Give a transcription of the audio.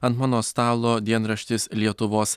ant mano stalo dienraštis lietuvos